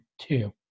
two